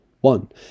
One